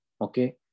Okay